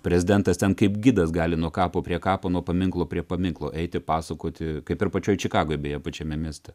prezidentas ten kaip gidas gali nuo kapo prie kapo nuo paminklo prie paminklo eiti pasakoti kaip ir pačioj čikagoj beje pačiame mieste